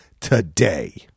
today